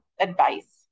advice